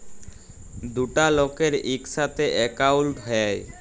দুটা লকের ইকসাথে একাউল্ট হ্যয়